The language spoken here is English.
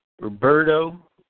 Roberto